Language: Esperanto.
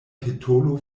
petolo